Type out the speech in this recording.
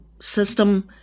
system